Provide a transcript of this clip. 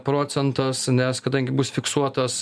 procentas nes kadangi bus fiksuotas